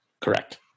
Correct